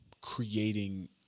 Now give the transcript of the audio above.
creating